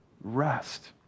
Rest